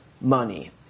money